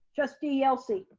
trustee yelsey.